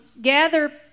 gather